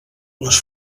les